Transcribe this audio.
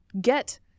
get